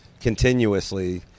continuously